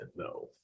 No